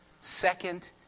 second